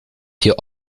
hier